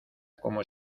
como